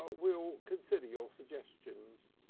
ah we'll consider your suggestions.